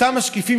אותם משקיפים,